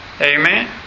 Amen